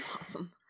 awesome